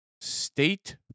State